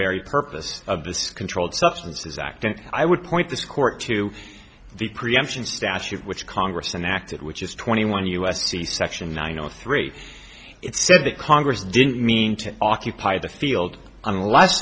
very purpose of this controlled substances act and i would point this court to the preemption statute which congress and acted which is twenty one u s c section nine zero three it said that congress didn't mean to occupy the field unless